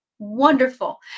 wonderful